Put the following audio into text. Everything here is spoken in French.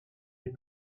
est